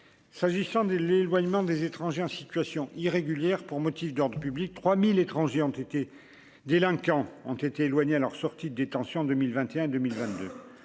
s'agissant des l'éloignement des étrangers en situation irrégulière pour motif d'ordre public 3000 étrangers ont été délinquants ont été éloignés à leur sortie de détention 2021 2022